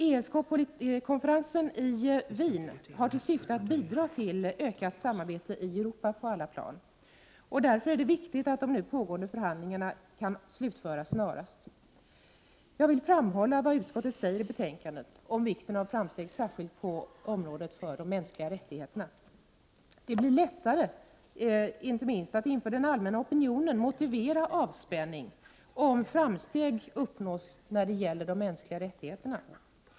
ESK-konferensen i Wien har till syfte att på alla plan bidra till en ökning av samarbetet i Europa, och därför är det viktigt att de nu pågående förhandlingarna kan slutföras snarast. Jag vill framhålla vad utskottet skriver i betänkandet om vikten av framsteg särskilt på det område som rör de mänskliga rättigheterna. Det blir lättare att inte minst när det gäller den allmänna opinionen motivera avspänning, om framsteg uppnås beträffande de mänskliga rättigheterna.